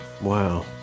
wow